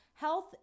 Health